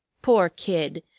poor kid!